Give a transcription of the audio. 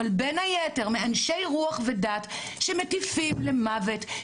אבל בין היתר מאנשי רוח ודת שמטיפים למוות,